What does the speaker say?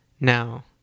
Now